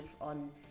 on